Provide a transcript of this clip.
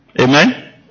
Amen